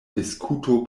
diskuto